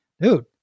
Dude